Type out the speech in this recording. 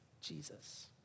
Jesus